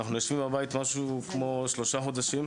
אנחנו יושבים בבית משהו כמו שלושה חודשים.